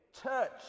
touch